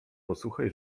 posłuchaj